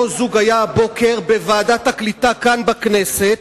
היה הבוקר בוועדת הקליטה כאן בכנסת.